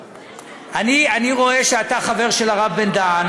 אני רואה שאתה חבר של הרב בן-דהן.